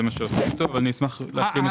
כבוד הרב,